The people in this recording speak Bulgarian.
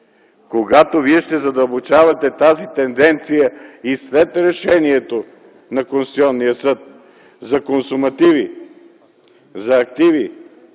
когато Вие ще задълбочавате тази тенденция и след решението на Конституционния съд за консумативи, за активи,